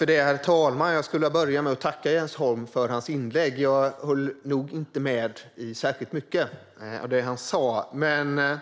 Herr talman! Jag skulle vilja börja med att tacka Jens Holm för hans inlägg. Jag höll nog inte med om särskilt mycket av det han sa, men